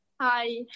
Hi